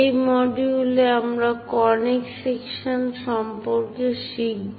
এই মডিউলে আমরা কনিক সেকশন সম্পর্কে শিখব